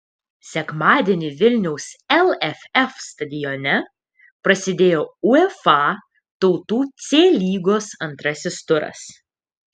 sekmadienį vilniaus lff stadione prasidėjo uefa tautų c lygos antrasis turas